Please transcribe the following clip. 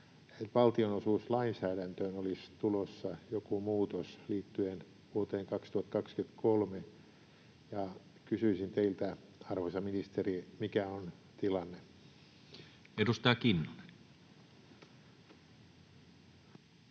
valtionosuuslainsäädäntöön olisi tulossa joku muutos liittyen vuoteen 2023. Kysyisin teiltä, arvoisa ministeri: mikä on tilanne? [Speech